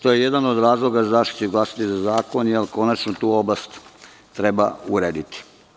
To je jedan od razloga zašto ću glasati za zakon, jer konačno tu oblast treba urediti.